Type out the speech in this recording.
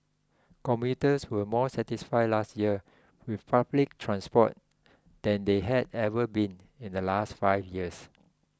commuters were more satisfied last year with public transport than they had ever been in the last five years